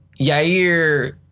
Yair